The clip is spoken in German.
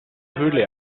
höhle